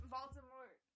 Baltimore